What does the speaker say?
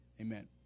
Amen